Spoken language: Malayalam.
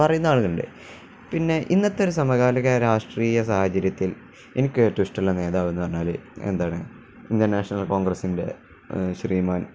പറയുന്ന ആളുകളുണ്ട് പിന്നെ ഇന്നത്തൊരു സമകാലിക രാഷ്ട്രീയ സാഹചര്യത്തിൽ എനിക്ക് ഏറ്റവും ഇഷ്ടമുള്ള നേതാവെന്നു പറഞ്ഞാല് എന്താണ് ഇന്ത്യൻ നാഷണൽ കോൺഗ്രസിൻ്റെ ശ്രീമാൻ